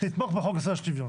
תתמוך בחופש השוויון.